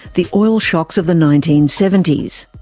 the oil shocks of the nineteen seventy s.